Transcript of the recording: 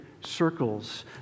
circles